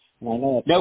No